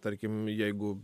tarkim jeigu